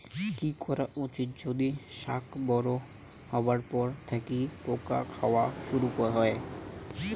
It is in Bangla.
কি করা উচিৎ যদি শাক বড়ো হবার পর থাকি পোকা খাওয়া শুরু হয়?